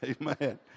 Amen